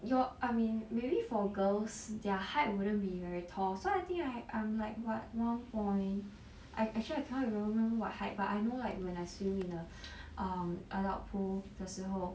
your I mean maybe for girls their height wouldn't be very tall so I think right I'm like what one point I actually I cannot remember what height but I know like when I swim in um adult pool 的时候